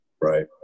right